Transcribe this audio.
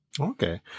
okay